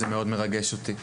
זה מאוד מרגש אותי.